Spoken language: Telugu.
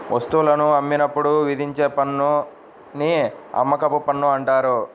వస్తువులను అమ్మినప్పుడు విధించే పన్నుని అమ్మకపు పన్ను అంటారు